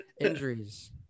injuries